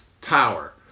tower